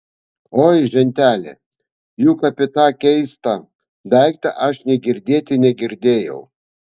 oi ženteli juk apie tą keistą daiktą aš nė girdėti negirdėjau